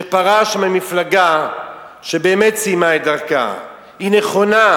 שפרש ממפלגה שבאמת סיימה את דרכה, הוא נכון,